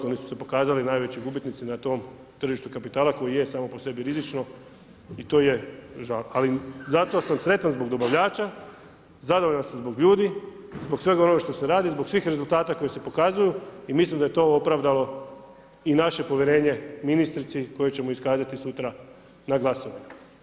Oni su se pokazali najveći gubitnici na tom tržištu kapitala koji je samo po sebi rizično i to žao, ali zato sam sretan zbog dobavljača, zadovoljan sam zbog ljudi, zbog svega onoga što se radi, zbog svih rezultata koji se pokazuju i mislim da je to opravdalo i naše povjerenje ministrici koje ćemo iskazati sutra na glasovanju.